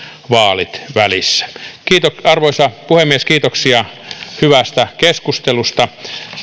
vaalit välissä arvoisa puhemies kiitoksia hyvästä keskustelusta